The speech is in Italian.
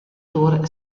tour